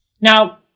Now